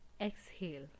exhale